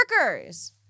workers